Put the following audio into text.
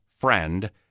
friend